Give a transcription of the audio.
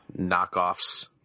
knockoffs